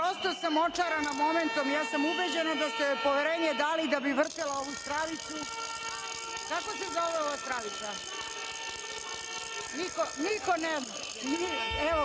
prosto sam očarana momentom, i ja sam ubeđena da su joj poverenje dali da bi vrtela ovu spravicu. Kako se zove ova spravica? Niko ne zna. Evo